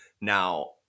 Now